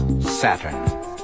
Saturn